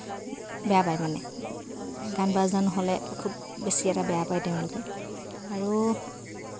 বেয়া পায় মানে গান বাজনা নহ'লে খুব বেছি এটা বেয়া পায় তেওঁলোকে আৰু